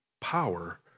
power